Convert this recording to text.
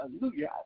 Hallelujah